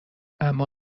اما